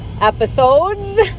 episodes